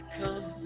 come